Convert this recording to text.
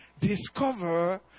Discover